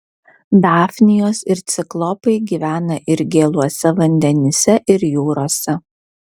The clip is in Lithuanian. dafnijos ir ciklopai gyvena ir gėluose vandenyse ir jūrose